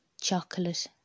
Chocolate